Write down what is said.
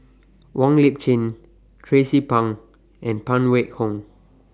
Wong Lip Chin Tracie Pang and Phan Wait Hong